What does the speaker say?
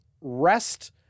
rest